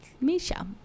Misha